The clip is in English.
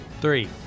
Three